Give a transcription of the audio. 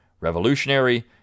Revolutionary